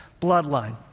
bloodline